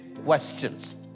questions